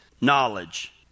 knowledge